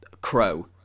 Crow